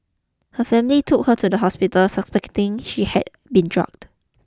her family took her to the hospital suspecting she had been drugged